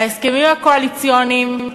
בהסכמים הקואליציוניים,